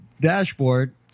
Dashboard